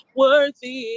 worthy